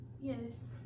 Yes